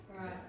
right